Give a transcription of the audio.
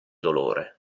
dolore